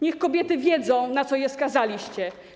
Niech kobiety wiedzą, na co je skazaliście.